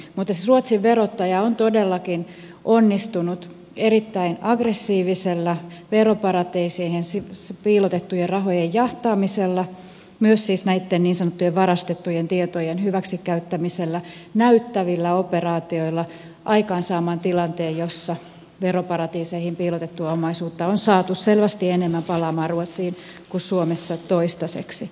mutta siis ruotsin verottaja on todellakin onnistunut erittäin aggressiivisella veroparatiiseihin piilotettujen rahojen jahtaamisella myös niin sanottujen varastettujen tietojen hyväksikäyttämisellä näyttävillä operaatioilla aikaansaamaan tilanteen jossa veroparatiiseihin piilotettua omaisuutta on saatu palaamaan ruotsiin selvästi enemmän kuin suomessa toistaiseksi